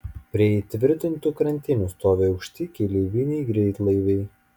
prie įtvirtintų krantinių stovi aukšti keleiviniai greitlaiviai